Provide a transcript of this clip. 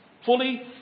fully